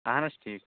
اَہَن حظ ٹھیٖک چھُ